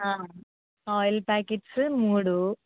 oil packets మూడు